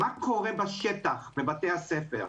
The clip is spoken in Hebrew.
מה קורה בשטח בבתי הספר?